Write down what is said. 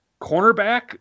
cornerback